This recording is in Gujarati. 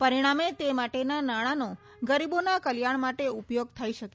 પરિણામ તે માટેના નાણાંનો ગરીબોના કલ્યાણ માટે ઉપયોગ થઈ શકે